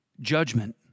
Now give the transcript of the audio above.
judgment